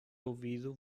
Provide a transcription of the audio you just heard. ouvido